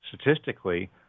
statistically